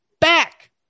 back